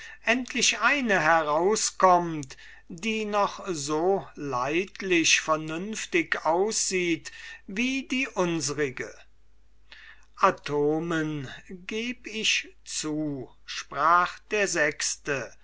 endlich eine herauskömmt die noch so leidlich vernünftig aussieht wie die unsrige atomen geb ich zu sprach der sechste